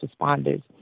responders